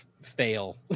fail